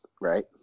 right